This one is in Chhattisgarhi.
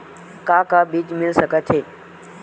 का का बीज मिल सकत हे?